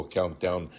Countdown